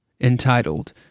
entitled